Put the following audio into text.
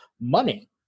money